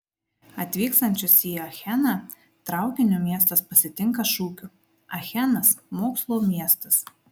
atvykstančius į acheną traukiniu miestas pasitinka šūkiu achenas mokslo miestas